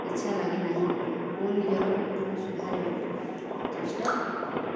ଇଚ୍ଛା ଲାଗେ ନାହିଁ ମୁଁ ନିଜର ଭୁଲକୁ ସୁଧାରିବାକୁ ଚେଷ୍ଟା କରେ